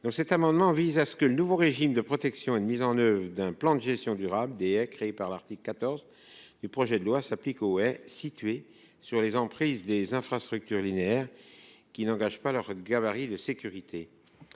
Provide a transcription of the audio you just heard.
Jean François Longeot. Le nouveau régime de protection et de mise en œuvre des plans de gestion durable des haies, créé par l’article 14 du présent texte, est censé s’appliquer aux haies situées sur les emprises des infrastructures linéaires et qui n’engagent pas leur gabarit de sécurité.